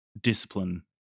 discipline